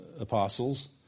apostles